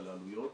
על העלויות.